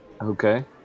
Okay